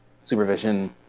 supervision